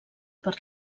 per